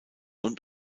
und